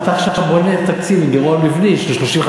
מבני.